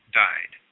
died